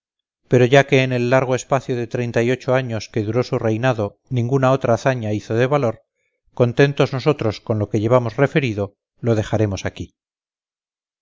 pero ya que en el largo espacio de treinta y ocho años que duró su reinado ninguna otra hazaña hizo de valor contentos nosotros con lo que llevamos referido lo dejaremos aquí